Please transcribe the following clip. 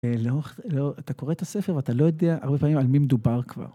אתה קורא את הספר ואתה לא יודע הרבה פעמים על מי מדובר כבר.